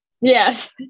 Yes